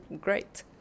Great